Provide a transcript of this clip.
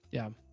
yeah.